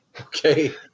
Okay